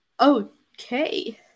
okay